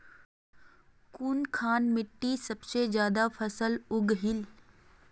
कुनखान मिट्टी सबसे ज्यादा फसल उगहिल?